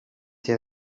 été